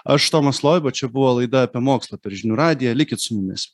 aš tomas loiba čia buvo laida apie mokslą per žinių radiją likit su mumis